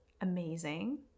amazing